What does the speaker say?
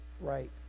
right